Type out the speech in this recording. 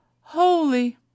holy